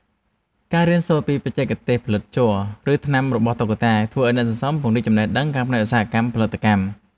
ការរៀនសូត្រពីបច្ចេកទេសផលិតជ័រ ឬថ្នាំពណ៌របស់តុក្កតា ធ្វើឱ្យអ្នកសន្សំពង្រីកចំណេះដឹងផ្នែកឧស្សាហកម្មផលិតកម្ម។